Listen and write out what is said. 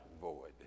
Void